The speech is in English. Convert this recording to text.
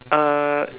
uh